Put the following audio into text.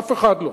אף אחד לא.